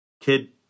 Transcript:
kid